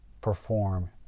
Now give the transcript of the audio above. perform